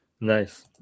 Nice